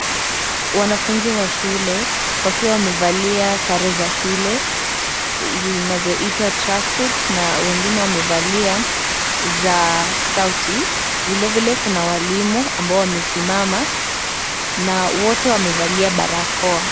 Wanafunzi wa shule wakiwa wamevalia sare za shule zinazoitwa tracksuit na wengine wamevalia za skauti. Vile vile kuna walimu ambao wamesimama na wote wamevalia barakoa.